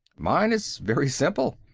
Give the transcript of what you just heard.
mine is very simple.